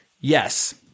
yes